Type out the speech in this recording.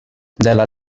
della